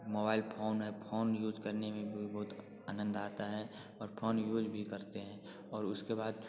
mobile phone है phone use करने में भी बहुत आनंद आता है और फोन यूज भी करते हैं और उसके बाद